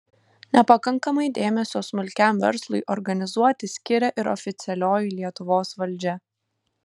nepakankamai dėmesio smulkiam verslui organizuoti skiria ir oficialioji lietuvos valdžia